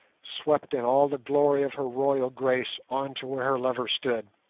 swept in all the glory of her royal grace on to where her lover stood.